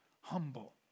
Humble